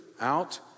out